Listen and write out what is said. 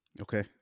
okay